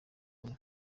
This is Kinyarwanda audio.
rumwe